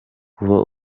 kuba